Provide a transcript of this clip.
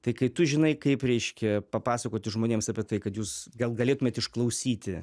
tai kai tu žinai kaip reiškia papasakoti žmonėms apie tai kad jūs gal galėtumėt išklausyti